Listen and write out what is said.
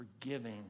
forgiving